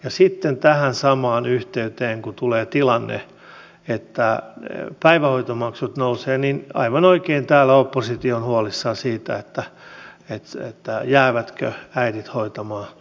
ja sitten kun tähän samaan yhteyteen tulee tilanne että päivähoitomaksut nousevat aivan oikein täällä oppositio on huolissaan siitä jäävätkö äidit hoitamaan lapsia kotiin